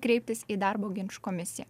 kreiptis į darbo ginčų komisiją